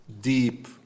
deep